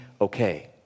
okay